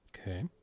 Okay